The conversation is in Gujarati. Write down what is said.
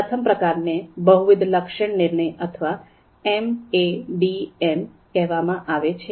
પ્રથમ પ્રકાર ને બહુવિધ લક્ષણ નિર્ણય અથવા એમએડીએમ કહેવામાં આવે છે